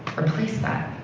replace that.